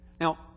Now